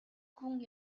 хүн